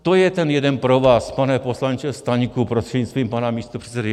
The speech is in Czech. To je ten jeden provaz, pane poslanče Staňku prostřednictvím pana místopředsedy.